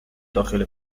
داخل